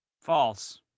false